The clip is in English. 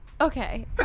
okay